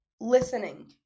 listening